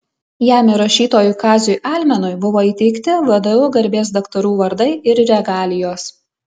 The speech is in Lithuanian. jam ir rašytojui kaziui almenui buvo įteikti vdu garbės daktarų vardai ir regalijos